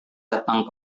datang